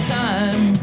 time